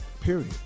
period